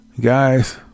Guys